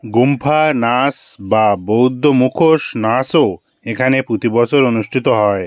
গুম্ফা নাচ বা বৌদ্ধ মুখোশ নাচও এখানে প্রতি বছর অনুষ্ঠিত হয়